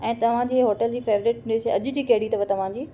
ऐं तव्हां जी हॉटेल जी फेवरेट डिश अॼु जी कहिड़ी अथव तव्हांजी